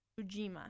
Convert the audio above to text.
Ujima